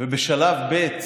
ובשלב ב'